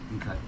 Okay